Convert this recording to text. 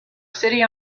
city